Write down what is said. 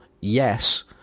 yes